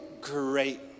Great